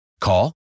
Call